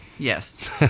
Yes